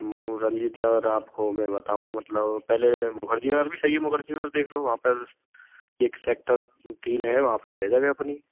मू रंजीत नगर आपको मैं बताऊँ मतलब पहले मुखर्जी नगर भी सही है मुखर्जी नगर देख लो वहाँ पर एक सेक्टर तीन है वहाँ पर है जगह अपनी